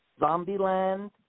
Zombieland